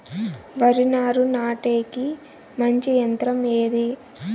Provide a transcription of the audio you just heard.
వరి నారు నాటేకి మంచి యంత్రం ఏది?